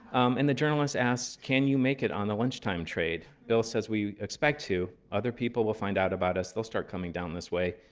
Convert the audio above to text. and the journalist asks, can you make it on the lunchtime trade? bill says, we expect to. other people will find out about us. they'll start coming down this way.